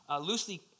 loosely